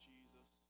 Jesus